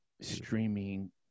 streaming